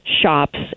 shops